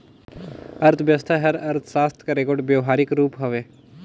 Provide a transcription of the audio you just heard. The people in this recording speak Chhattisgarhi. अर्थबेवस्था हर अर्थसास्त्र कर एगोट बेवहारिक रूप हवे